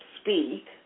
speak